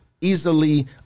easily